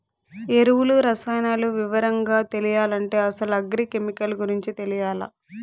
ఎరువులు, రసాయనాలు వివరంగా తెలియాలంటే అసలు అగ్రి కెమికల్ గురించి తెలియాల్ల